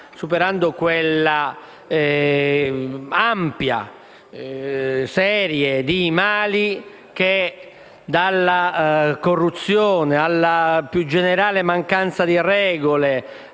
superando quell'ampia serie di mali che - dalla corruzione alla più generale mancanza di regole,